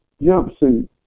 jumpsuit